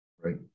Right